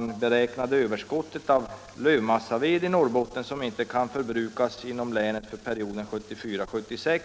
Där beräknades överskottet av lövmassaved i Norrbotten, som inte kan förbrukas inom länet, för perioden 1974-1976